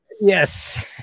Yes